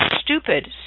stupid